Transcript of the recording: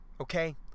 Okay